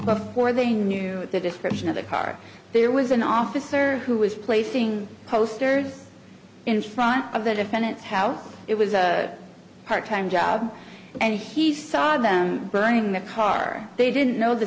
before they knew the description of the car there was an officer who was placing posters in front of the defendant's house it was a part time job and he saw them burning the car they didn't know the